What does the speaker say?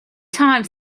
time